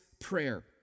prayer